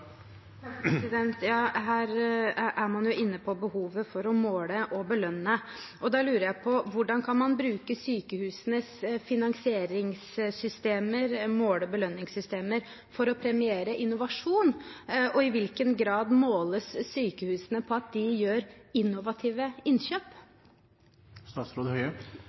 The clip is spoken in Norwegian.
Her er man jo inne på behovet for å måle og belønne, og da lurer jeg på: Hvordan kan man bruke sykehusenes finansieringssystemer, måle- og belønningssystemer, for å premiere innovasjon, og i hvilken grad måles sykehusene på at de gjør innovative